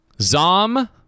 ZOM